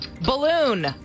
Balloon